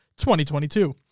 2022